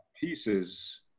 pieces